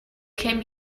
came